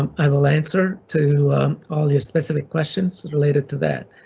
um i will answer to all your specific questions related to that.